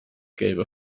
gelbe